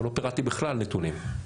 לא פירטתי בכלל נתונים.